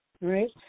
right